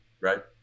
Right